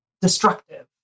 destructive